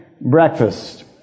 Breakfast